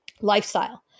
lifestyle